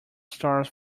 stars